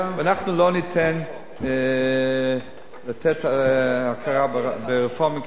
ואנחנו לא ניתן לתת הכרה ברב רפורמי וקונסרבטיבי.